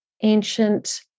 ancient